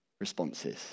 responses